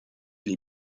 les